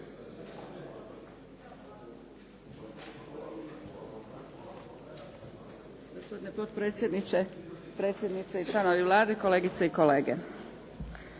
Hvala vam